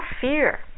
fear